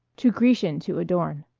too grecian to adorn.